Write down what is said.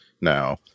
now